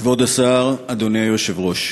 כבוד השר, אדוני היושב-ראש,